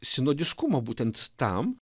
sinodiškumo būtent tam